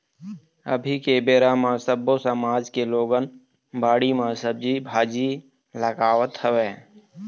अभी के बेरा म सब्बो समाज के लोगन बाड़ी म सब्जी भाजी लगावत हवय